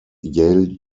yale